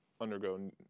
undergo